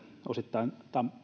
osittain